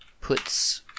puts